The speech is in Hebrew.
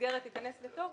המסגרת ייכנס לתוקף,